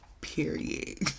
period